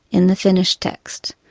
in the finished text,